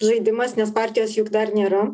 žaidimas nes partijos juk dar nėra